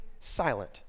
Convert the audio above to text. silent